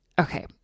okay